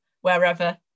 wherever